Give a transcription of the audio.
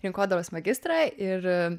rinkodaros magistrą ir